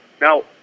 Now